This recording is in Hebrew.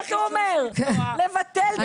הוא אומר לבטל את הוועדות לבטל את הוועדות.